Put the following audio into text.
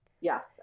Yes